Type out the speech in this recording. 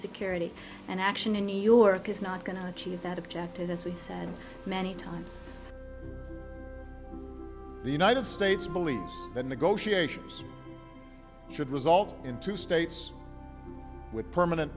security and action in new york is not going to achieve that objective this week and many times the united states believes that negotiations should result in two states with permanent